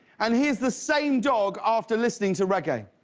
and here's the same dog after listening to reggae.